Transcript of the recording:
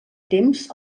temps